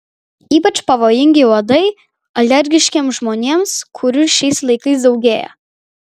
ypač pavojingi uodai alergiškiems žmonėms kurių šiais laikais daugėja